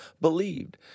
believed